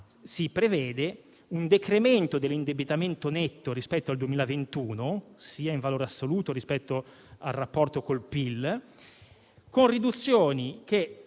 Si prevede un decremento dell'indebitamento netto rispetto al 2021, sia in valore assoluto, che rispetto al rapporto con il PIL, di 100